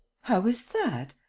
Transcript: how is that?